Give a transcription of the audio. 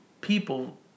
people